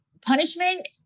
punishment